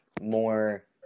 more